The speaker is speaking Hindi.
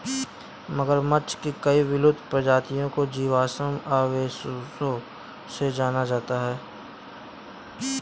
मगरमच्छ की कई विलुप्त प्रजातियों को जीवाश्म अवशेषों से जाना जाता है